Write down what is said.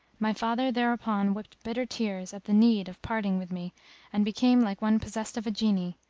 my father thereupon wept bitter tears at the need of parting with me and became like one possessed of a jinni.